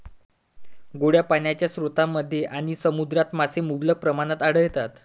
गोड्या पाण्याच्या स्रोतांमध्ये आणि समुद्रात मासे मुबलक प्रमाणात आढळतात